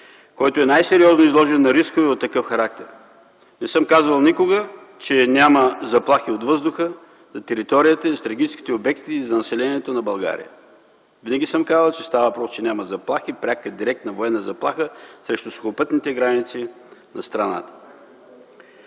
който е най-сериозно изложен на рискове от такъв характер. Не съм казвал никога, че няма заплахи от въздуха за територията, за стратегическите обекти и за населението на България. Винаги съм казвал, че става въпрос, че няма заплахи – пряка и директна военна заплаха, срещу сухопътните граници на страната.